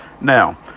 Now